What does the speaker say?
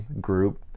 group